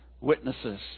witnesses